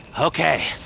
Okay